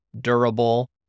durable